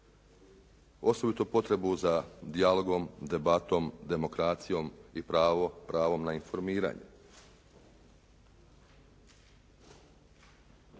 Osobito potrebu za dijalogom, debatom, demokracijom i pravo na informiranje.